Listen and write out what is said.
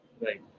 Right